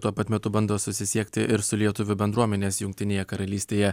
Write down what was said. tuo pat metu bando susisiekti ir su lietuvių bendruomenės jungtinėje karalystėje